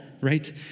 Right